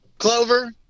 clover